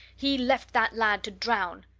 he left that lad to drown!